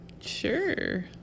Sure